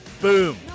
Boom